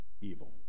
evil